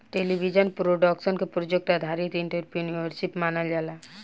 television production के project आधारित entrepreneurship मानल जाला